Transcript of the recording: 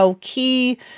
key